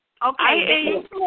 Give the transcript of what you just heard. Okay